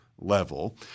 level